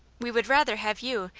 we would rather have you,